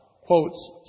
quotes